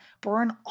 burn